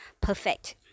perfect